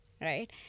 right